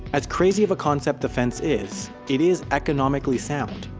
as crazy of a concept the fence is, it is economically sound.